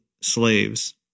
slaves